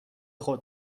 خود